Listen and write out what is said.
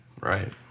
Right